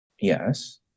Yes